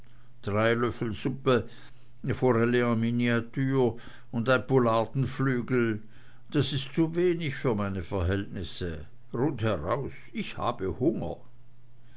miniature und ein poulardenflügel das ist zuwenig für meine verhältnisse rundheraus ich habe hunger